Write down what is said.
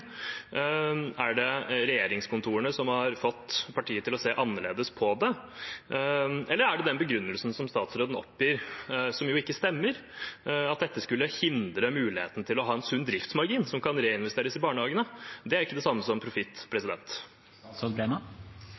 Er det regjeringskontorene som har fått partiet til å se annerledes på det? Eller er det den begrunnelsen som statsråden oppgir – som jo ikke stemmer – at dette skulle hindre muligheten til å ha en sunn driftsmargin som kan reinvesteres i barnehagene? Det er ikke det samme som profitt.